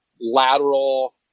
lateral